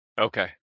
Okay